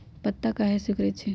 पत्ता काहे सिकुड़े छई?